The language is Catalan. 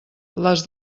les